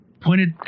Pointed